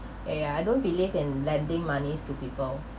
yeah yeah I don't believe in lending moneys to people